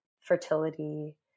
fertility